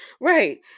right